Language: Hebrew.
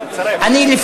אני,